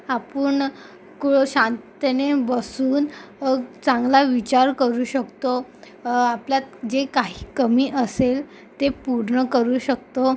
आपण को शांतपणे बसून व चांगला विचार करू शकतो आपल्यात जे काही कमी असेल ते पूर्ण करू शकतो